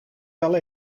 wel